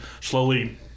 slowly